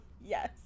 Yes